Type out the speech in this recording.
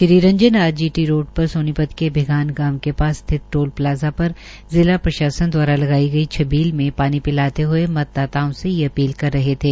श्री रंजन आज GT road पर सोनीपत के भिगान गांव के पास स्थित टोल प्लाजा पर जिला प्रशासन द्वारा लगाई गई छबील में पानी पिलाते हुए मतदाताओं से यह अपील कर रहे थे